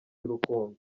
y’urukundo